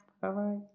Bye-bye